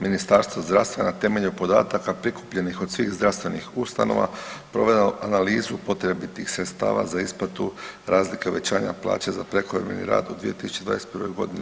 Ministarstvo zdravstva je na temelju podataka prikupljenih od svih zdravstvenih ustanova provelo analizu potrebitih sredstava za isplatu razlike uvećanja plaće za prekovremeni rad u 2021. godini.